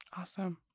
Awesome